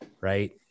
Right